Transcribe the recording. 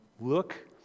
Look